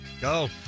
Go